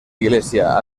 iglesia